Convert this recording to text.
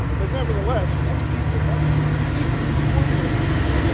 but nevertheless once people, once people, ordinary people,